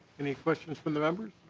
any questions for and members?